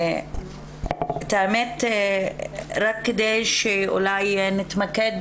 את האמת רק כדי שאולי נתמקד